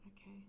Okay